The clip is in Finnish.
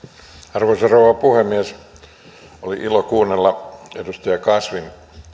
arvoisa rouva puhemies oli ilo kuunnella edustaja kasvin